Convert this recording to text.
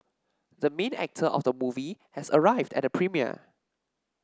the main actor of the movie has arrived at the premiere